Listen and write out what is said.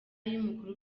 y’umukuru